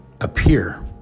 appear